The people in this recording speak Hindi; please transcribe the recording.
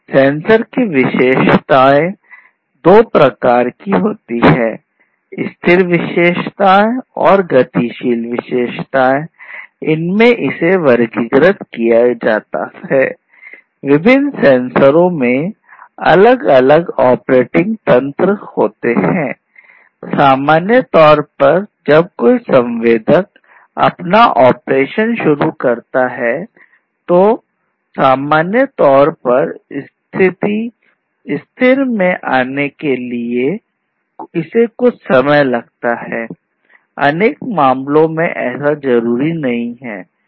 सेंसर की विशेषताओं को दो प्रकारों स्थिर विशेषताओं अपना ऑपरेशन शुरू करता है तो सामान्य तौर पर स्थिर स्थिति में आने के लिए इसे कुछ समय लगता है अनेक मामलों मे ऐसा जरूरी नहीं